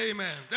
Amen